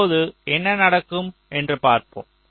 இப்போது என்ன நடக்கும் என்று பார்ப்போம்